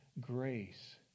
grace